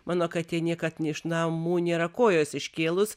mano katė niekad iš namų nėra kojos iškėlus